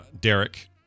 Derek